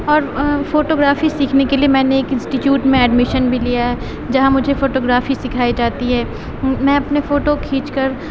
اور فوٹوگرافی سیکھنے کے لیے میں نے ایک انسٹیٹیوٹ میں ایڈمیشن بھی لیا جہاں مجھے فوٹوگرافی سکھائی جاتی ہے میں اپنی فوٹو کھینچ کر